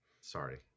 Sorry